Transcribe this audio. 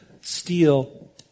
steal